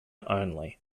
only